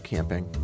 Camping